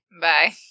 Bye